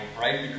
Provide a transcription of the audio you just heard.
right